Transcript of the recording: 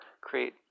create